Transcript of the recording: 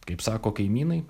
kaip sako kaimynai